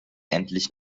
endlich